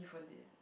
for lit